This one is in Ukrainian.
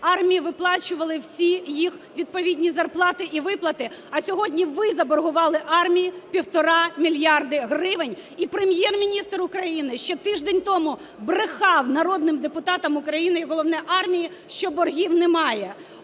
армії виплачували всі їх відповідні зарплати і виплати, а сьогодні ви заборгували армії 1,5 мільярда гривень. І Прем'єр-міністр України ще тиждень тому брехав народним депутатам України і головне – армії, що боргів немає.